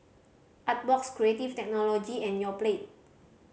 Artbox Creative Technology and Yoplait